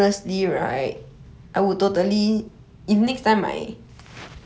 just that you got the pen then you can draw draw